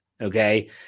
Okay